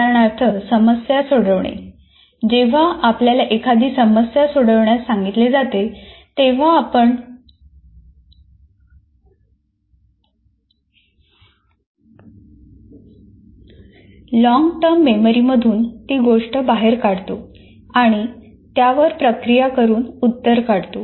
उदाहरणार्थ समस्या सोडवणे जेव्हा आपल्याला एखादी समस्या सोडवण्यास सांगितले जाते तेव्हा आपण लॉन्गटर्म मेमरीमधून ती गोष्ट बाहेर काढतो आणि त्यावर प्रक्रिया करून उत्तर काढतो